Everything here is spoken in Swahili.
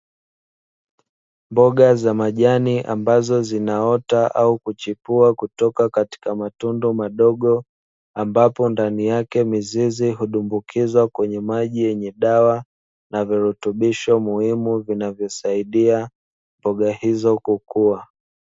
Mboga za majani ambazo zinaota au kuchepua kutoka katika matundu madogo, ambapo ndani yake mizizi hudumbukizwa kwenye maji yenye dawa na virutubisho muhimu vinavyosaidia mboga hizo kukua.